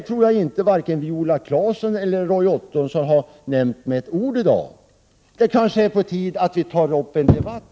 Jag tror inte att vare sig Viola Claesson eller Roy Ottosson har sagt ett enda ord om den saken i dag. Kanske är det på sin plats att senare ta upp en sådan debatt.